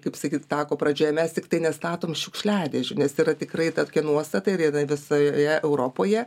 kaip sakyt tako pradžioje mes tiktai nestatom šiukšliadėžių nes yra tikrai ta tokia nuostata ir jinai visoje europoje